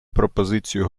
пропозицію